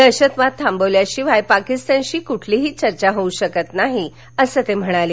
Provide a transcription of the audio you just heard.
दहशतवाद थांबवल्याशिवाय पाकिस्तानशी कुठलीही चर्चा होऊ शकत नाही असं ते म्हणाले